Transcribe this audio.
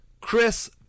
Chris